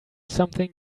something